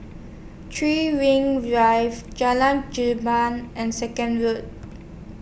three Rings Drive Jalan Jamal and Second Rood